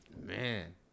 man